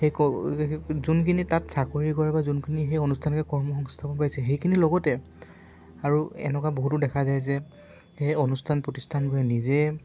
সেই যোনখিনি তাত চাকৰি কৰে বা যোনখিনি সেই অনুষ্ঠানতে কৰ্মসংস্থাপন পাইছে সেইখিনিৰ লগতে আৰু এনেকুৱা বহুতো দেখা যায় যে সেই অনুষ্ঠান প্ৰতিষ্ঠানবোৰ নিজে